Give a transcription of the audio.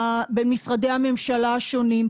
בין משרדי הממשלה השונים,